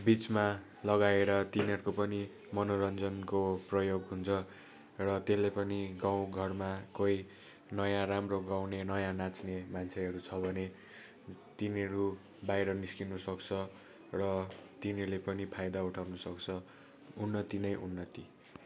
बिचमा लगाएर तिनीहरूको पनि मनोरञ्जनको प्रयोग हुन्छ र त्यसले पनि गाउँ घरमा कोही नयाँ राम्रो गाउने नयाँ नाच्ने मान्छेहरू छ भने तिनीहरू बाहिर निस्किनु सक्छ र तिनीहरूले पनि फाइदा उठाउनु सक्छ उन्नति नै उन्नति